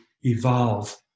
evolve